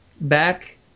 back